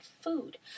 food